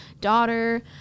daughter